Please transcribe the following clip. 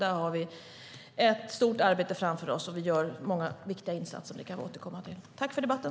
Där har vi ett stort arbete framför oss. Vi gör många viktiga insatser som vi kan återkomma till. Tack för debatten!